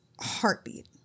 heartbeat